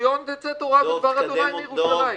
מציון תצא תורה ודבר ה' מירושלים.